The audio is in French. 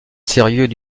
sérieux